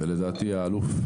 ולדעתי האלוף,